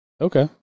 Okay